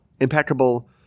impeccable